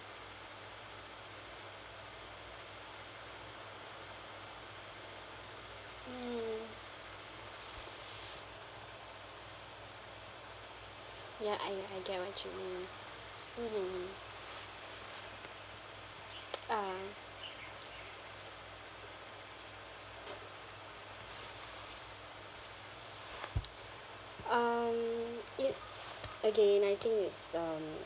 mm ya I I get what you mean mmhmm hmm ah um yet okay and I think it's um